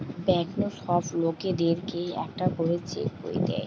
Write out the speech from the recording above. bank নু সব লোকদের কে একটা করে চেক বই দে